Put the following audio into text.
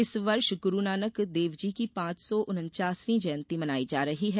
इस वर्ष ग्रूनानक देवजी की पांच सौ उन्वासवी जयंती मनायी जा रही है